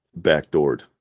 backdoored